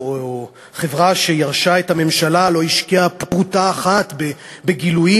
או חברה שירשה את הממשלה לא השקיעה פרוטה אחת בגילויים,